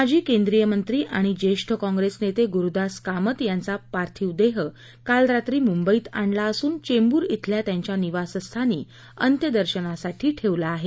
माजी केंद्रीय मंत्री आणि ज्येष्ठ काँप्रेस नेते गुरुदास कामत यांचा पार्थिव देह काल रात्री मुंबईत आणला असून चेंबूर शिल्या त्यांच्या निवासस्थानी अत्यंदर्शनासाठी ठेवला आहे